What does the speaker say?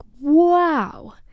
wow